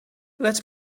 let